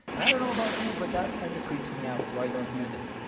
and i don't know about you, but that kind of creeps me out, so i don't use it.